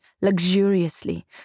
luxuriously